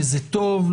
וזה טוב,